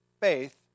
faith